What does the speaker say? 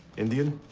indian?